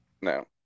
no